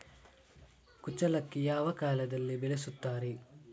ಕುಚ್ಚಲಕ್ಕಿ ಯಾವ ಕಾಲದಲ್ಲಿ ಬೆಳೆಸುತ್ತಾರೆ?